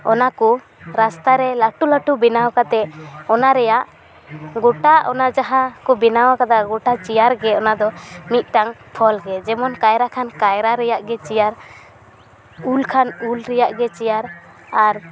ᱚᱱᱟ ᱠᱚ ᱨᱟᱥᱛᱟ ᱨᱮ ᱞᱟᱹᱴᱩ ᱞᱟᱹᱴᱩ ᱵᱮᱱᱟᱣ ᱠᱟᱛᱮᱜ ᱚᱱᱟ ᱨᱮᱭᱟᱜ ᱜᱚᱴᱟ ᱚᱱᱟ ᱡᱟᱦᱟᱸ ᱠᱚ ᱵᱮᱱᱟᱣᱟᱠᱟᱫᱟ ᱜᱚᱴᱟ ᱪᱮᱭᱟᱨ ᱜᱮ ᱚᱱᱟ ᱫᱚ ᱢᱤᱫᱴᱟᱹᱝ ᱯᱷᱚᱞ ᱜᱮ ᱡᱮᱢᱚᱱ ᱠᱟᱭᱨᱟ ᱠᱷᱟᱱ ᱠᱟᱭᱨᱟ ᱨᱮᱱᱟᱜ ᱜᱮ ᱪᱮᱭᱟᱨ ᱩᱞ ᱠᱷᱟᱱ ᱩᱞ ᱨᱮᱭᱟᱜ ᱜᱮ ᱪᱮᱭᱟᱨ ᱟᱨ